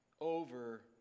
over